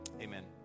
amen